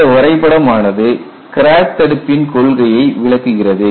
இந்த வரைபடம் ஆனது கிராக் தடுப்பின் கொள்கையை விளக்குகிறது